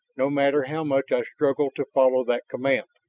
no matter how much i struggle to follow that command.